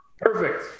perfect